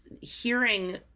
hearing